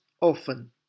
often